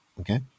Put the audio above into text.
okay